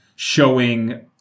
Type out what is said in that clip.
showing